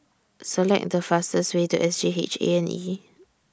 Select The fastest Way to S G H A and E